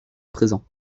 présent